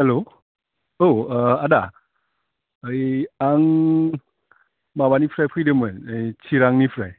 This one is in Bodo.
हेलौ औ आदा है आं माबानिफ्राय फैदोंमोन ओइ चिरांनिफ्राय